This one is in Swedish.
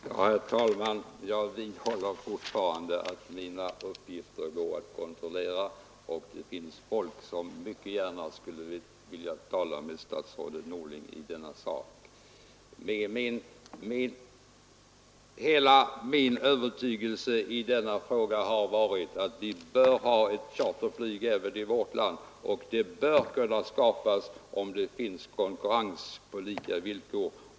Herr talman! Jag vidhåller att mina uppgifter går att kontrollera och att det finns människor som mycket gärna vill tala med statsrådet Norling om denna sak. Det är min bestämda övertygelse att vi bör ha ett charterflyg även i vårt land. Det bör kunna skapas om det finns konkurrens på lika villkor.